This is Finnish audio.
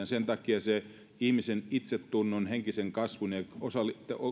sen takia ihmisen itsetunnon henkisen kasvun ja